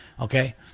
Okay